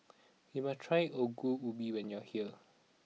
you must try Ongol Ubi when you are here